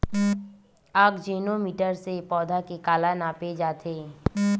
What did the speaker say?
आकजेनो मीटर से पौधा के काला नापे जाथे?